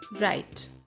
Right